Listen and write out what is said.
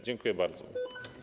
Dziękuję bardzo.